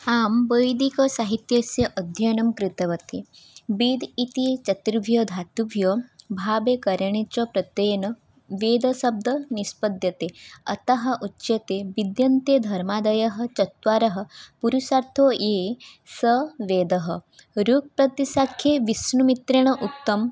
आं वैदिकसाहित्यस्य अध्ययनं कृतवती वेदः इति चतुर्भ्यः धातुभ्यः भावे करणे च प्रत्ययेन वेदशब्दः निष्पद्यते अतः उच्यते विद्यन्ते धर्मादयः चत्वारः पुरुषार्थाः ये सः वेदः ऋक् प्रातिशाख्ये विष्णुमित्रेण उक्तं